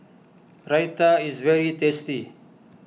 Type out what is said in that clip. Raita is very tasty